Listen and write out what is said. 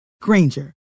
Granger